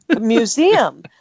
museum